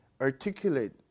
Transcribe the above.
articulate